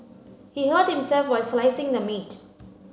he hurt himself while slicing the meat